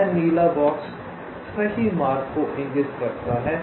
यह नीला बॉक्स सही मार्ग को इंगित करता है